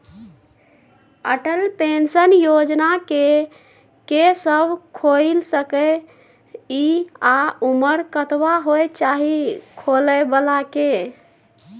Atal pension योजना के के सब खोइल सके इ आ उमर कतबा होय चाही खोलै बला के?